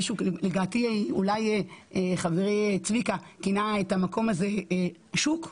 מישהו - אולי חברי צביקה - כינה את המקום הזה שוק,